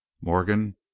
morgan